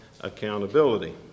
accountability